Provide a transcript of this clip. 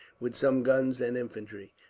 with some guns and infantry.